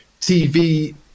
TV